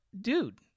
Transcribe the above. dude